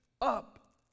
up